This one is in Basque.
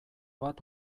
bat